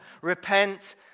Repent